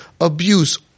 abuse